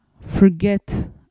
forget